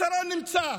הפתרון נמצא,